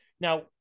Now